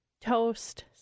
toast